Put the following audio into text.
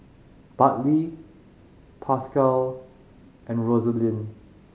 Bartley Pascal and Rosalind